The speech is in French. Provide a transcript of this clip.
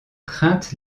crainte